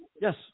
Yes